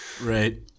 Right